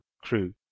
crew